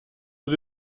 aux